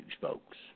folks